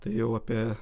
tai jau apie